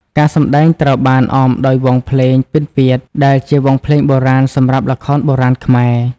ការសម្ដែងត្រូវបានអមដោយវង់ភ្លេង ពិណពាទ្យ ដែលជាវង់ភ្លេងបុរាណសម្រាប់ល្ខោនបុរាណខ្មែរ ។